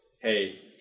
hey